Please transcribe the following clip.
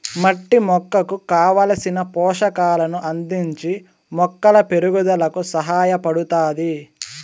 మట్టి మొక్కకు కావలసిన పోషకాలను అందించి మొక్కల పెరుగుదలకు సహాయపడుతాది